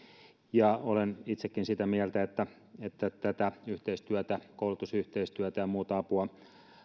ja olen itsekin sitä mieltä että että tätä yhteistyötä koulutusyhteistyötä ja muuta apua